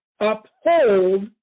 uphold